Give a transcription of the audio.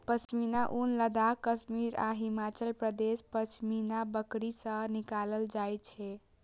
पश्मीना ऊन लद्दाख, कश्मीर आ हिमाचल प्रदेशक पश्मीना बकरी सं निकालल जाइ छै